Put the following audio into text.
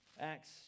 Acts